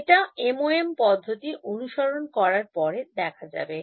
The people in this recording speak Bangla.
এটা MoM এর পদ্ধতি অনুসরণ করার পরে দেখা যাবে